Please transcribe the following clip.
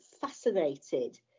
fascinated